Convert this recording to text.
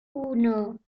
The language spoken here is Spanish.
uno